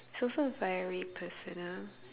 it's also very personal